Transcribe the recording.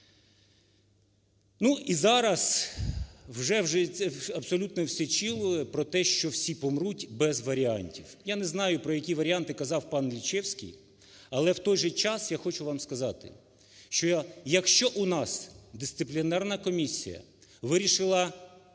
І зараз вже абсолютно всі чули про те, що "всі помруть без варіантів". Я не знаю, про які варіанти казав панЛінчевський, але в той же час я хочу вам сказати, що якщо у нас дисциплінарна комісія вирішила з'ясувати,